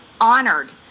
honored